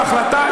זאת החלטה,